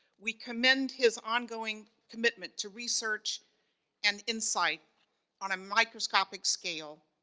we commend his ongoing commitment to research and insight on a microscopic scale,